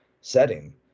setting